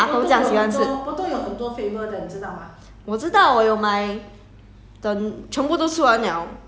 不要 potong 是 potong 是给老人家你们吃的你没有看阿公这样喜欢吃